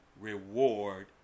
reward